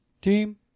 team